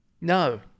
No